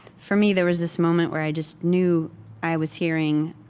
for me, there was this moment where i just knew i was hearing